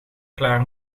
klaar